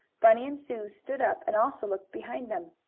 bunny and sue stood up and also looked behind them.